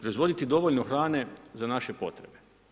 Dozvoliti dovoljno hrane za naše potrebe.